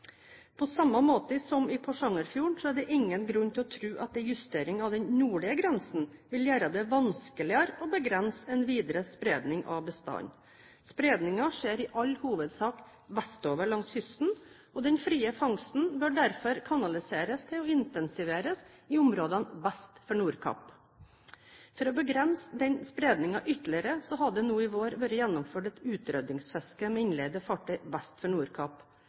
På samme måte som i Porsangerfjorden er det ingen grunn til å tro at en justering av den nordlige grensen vil gjøre det vanskeligere å begrense en videre spredning av bestanden. Spredningen skjer i all hovedsak vestover langs kysten, og den frie fangsten bør derfor kanaliseres til og intensiveres i områdene vest for Nordkapp. For å begrense denne spredningen ytterligere har det nå i vår vært gjennomført et utrydningsfiske med innleide fartøy vest for